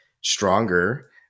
stronger